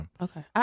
Okay